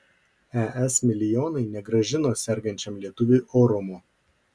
es milijonai negrąžino sergančiam lietuviui orumo